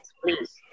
please